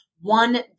one